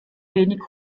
wenig